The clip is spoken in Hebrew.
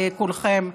כולכם,